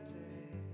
day